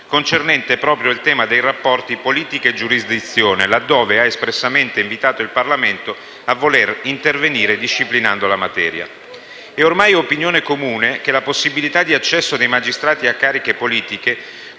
concernente proprio il tema dei rapporti tra politica e giurisdizione, laddove ha espressamente invitato il Parlamento a voler intervenire disciplinando la materia. È ormai opinione comune che la possibilità di accesso dei magistrati a cariche politiche